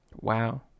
Wow